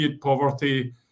poverty